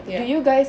ya